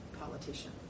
politician